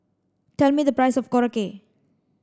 tell me the price of Korokke